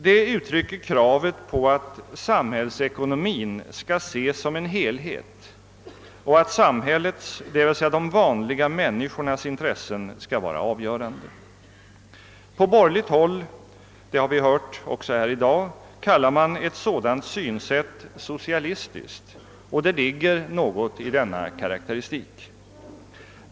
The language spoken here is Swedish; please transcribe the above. Det uttrycker kravet på att samhällsekonomin skall ses som en helhet och att samhällets, d.v.s. de vanliga människornas intressen, skall vara avgörande. På borgerligt håll — det har vi också hört i dag -— kallar man ett sådant synsätt socialistiskt, och det ligger någonting i denna karakteristik.